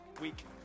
week